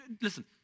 listen